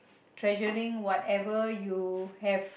treasuring whatever you have